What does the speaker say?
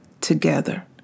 together